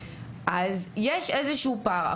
אז יש איזשהו פער.